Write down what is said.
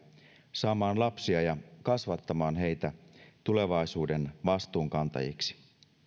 saamaan lapsia ja kasvattamaan heitä tulevaisuuden vastuunkantajiksi